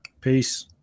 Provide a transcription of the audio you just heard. Peace